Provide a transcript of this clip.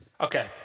Okay